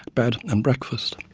bed and breakfast.